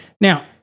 Now